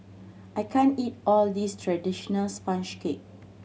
I can't eat all this traditional sponge cake